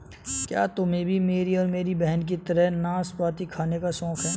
क्या तुम्हे भी मेरी और मेरी बहन की तरह नाशपाती खाने का शौक है?